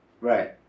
Right